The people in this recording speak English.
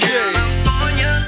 California